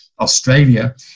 Australia